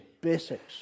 basics